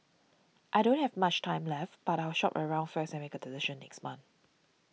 I don't have much time left but I'll shop around first and make a decision next month